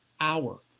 hour